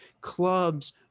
clubs